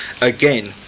Again